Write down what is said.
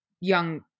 young